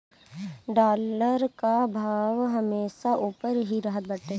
dollar कअ भाव हमेशा उपर ही रहत बाटे